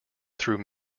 through